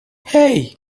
hey